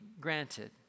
granted